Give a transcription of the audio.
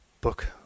book